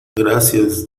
gracias